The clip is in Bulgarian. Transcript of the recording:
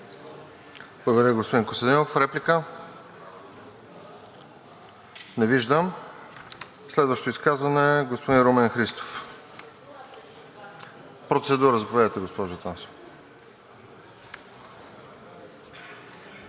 Благодаря, господин Костадинов. Реплика? Не виждам. Следващото изказване – господин Румен Христов. Процедура – заповядайте, госпожо Атанасова.